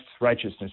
righteousness